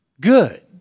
good